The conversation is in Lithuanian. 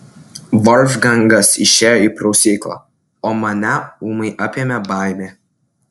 volfgangas išėjo į prausyklą o mane ūmai apėmė baimė